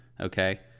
okay